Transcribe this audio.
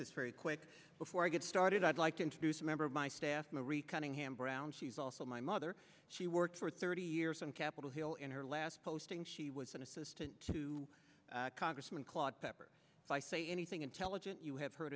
this very quick before i get started i'd like to introduce a member of my staff marie cunningham brown she's also my mother she worked for thirty years on capitol hill in her last posting she was an assistant to congressman claude pepper if i say anything intelligent you have he